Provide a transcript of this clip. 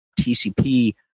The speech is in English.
TCP